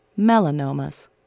melanomas